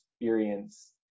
experience